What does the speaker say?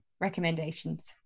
recommendations